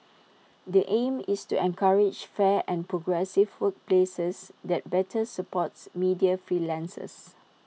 the aim is to encourage fair and progressive workplaces that better supports media freelancers